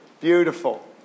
beautiful